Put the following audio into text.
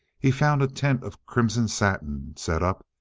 he found a tent of crimson satin set up,